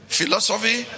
philosophy